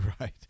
Right